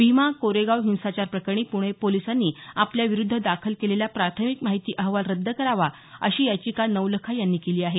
भीमा कोरेगाव हिंसाचार प्रकरणी पुणे पोलिसांनी आपल्याविरुद्ध दाखल केलेला प्राथमिक माहिती अहवाल रद्द करावा अशी याचिका नवलखा यांनी केली आहे